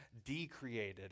decreated